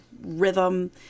rhythm